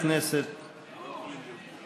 (14) של חבר הכנסת מאיר כהן לפני סעיף 1 לא נתקבלה.